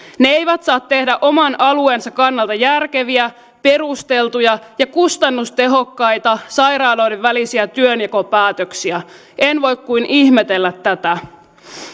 ne eivät saa tehdä oman alueensa kannalta järkeviä perusteltuja ja kustannustehokkaita sairaaloiden välisiä työnjakopäätöksiä en voi kuin ihmetellä tätä